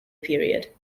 period